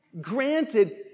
granted